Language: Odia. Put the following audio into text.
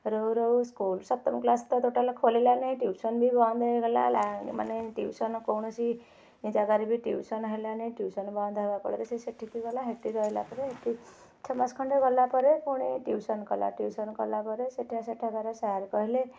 ରହୁ ରହୁ ସ୍କୁଲ୍ ସପ୍ତମ କ୍ଲାସ୍ ତ ଟୋଟାଲ୍ ଖୋଲିଲା ନେଇ ଟ୍ୟୁସନ୍ ବି ବନ୍ଦ ହେଇଗଲା ମାନେ ଟ୍ୟୁସନ୍ କୌଣସି ଜାଗାରେ ବି ଟ୍ୟୁସନ୍ ହେଲା ନାହିଁ ଟ୍ୟୁସନ୍ ବନ୍ଦ ହେବା ଫଳରେ ସେ ସେଠିକି ଗଲା ସେଠି ରହିଲା ପରେ ସେଠି ଛଅମାସ ଖଣ୍ଡ ଗଲା ପରେ ପୁଣି ଟ୍ୟୁସନ୍ କଲା ଟ୍ୟୁସନ୍ କଲା ପରେ ସେଠାକାର ସାର୍ କହିଲେ